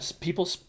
people